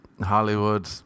Hollywood